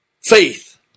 Faith